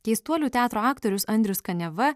keistuolių teatro aktorius andrius kaniava